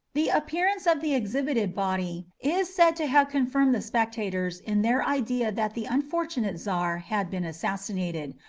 the appearance of the exhibited body is said to have confirmed the spectators in their idea that the unfortunate czar had been assassinated,